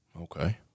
Okay